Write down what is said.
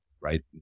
right